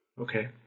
Okay